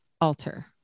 alter